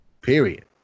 Period